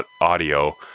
audio